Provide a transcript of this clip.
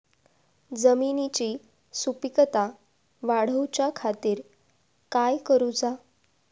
जमिनीची सुपीकता वाढवच्या खातीर काय करूचा?